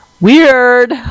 weird